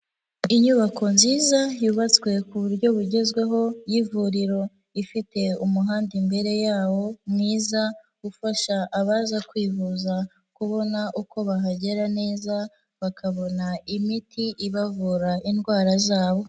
Inyubako nziza yubatswe ku buryo bugezweho y'ivuriro ifite umuhanda imbere yawo mwiza ufasha abaza kwivuza kubona uko bahagera neza, bakabona imiti ibavura indwara zabo.